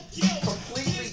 Completely